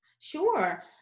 sure